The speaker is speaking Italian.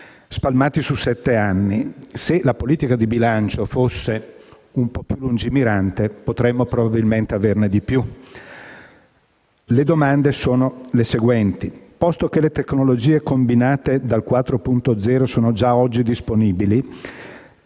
spalmati su sette anni: se la politica di bilancio fosse più lungimirante, potremmo probabilmente averne di più. Le domande sono le seguenti. Posto che le tecnologie combinate dal piano Industria 4.0 sono già oggi disponibili,